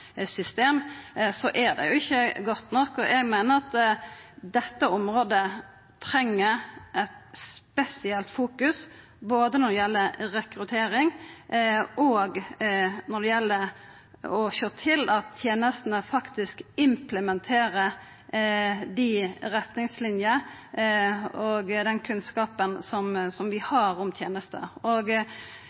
system, så er det ikkje godt nok. Eg meiner at dette området treng eit spesielt fokus både når det gjeld rekruttering og når det gjeld å sjå til at tenestene faktisk implementerer dei retningslinene og den kunnskapen som vi har om tenestene. Og